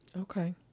Okay